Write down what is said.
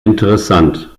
interessant